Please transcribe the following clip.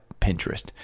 Pinterest